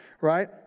right